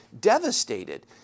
devastated